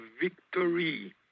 victory